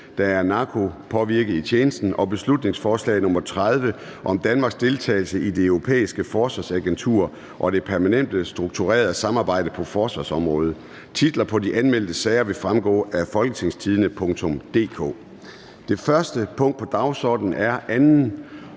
der er narkopåvirket i tjenesten)) og Beslutningsforslag nr. B 30 (Forslag til folketingsbeslutning om Danmarks deltagelse i Det Europæiske Forsvarsagentur og Det Permanente Strukturerede Samarbejde på forsvarsområdet). Titlerne på de anmeldte sager vil fremgå af www.folketingstidende.dk (jf. ovenfor). --- Det første punkt på dagsordenen er: 1) 2.